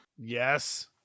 Yes